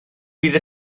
bydd